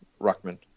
Ruckman